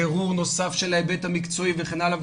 בירור נוסף של ההיבט המקצועי וכן הלאה,